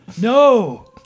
no